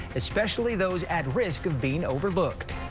especially those at risk of being overlooked.